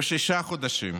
בשישה חודשים,